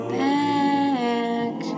back